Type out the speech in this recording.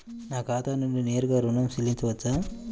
నా ఖాతా నుండి నేరుగా ఋణం చెల్లించవచ్చా?